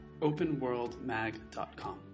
openworldmag.com